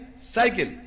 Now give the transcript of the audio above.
cycle